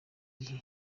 gihe